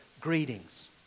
Greetings